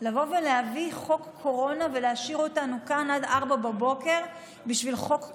לבוא ולהביא חוק קורונה ולהשאיר אותנו כאן עד 04:00 בשביל חוק קורונה?